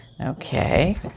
Okay